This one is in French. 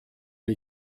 les